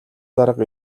дарга